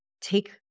take